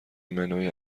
منوی